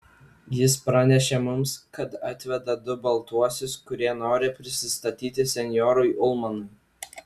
jis pranešė mums kad atveda du baltuosius kurie nori prisistatyti senjorui ulmanui